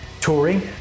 touring